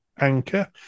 Anchor